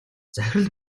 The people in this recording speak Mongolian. захирал